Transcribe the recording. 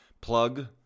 plug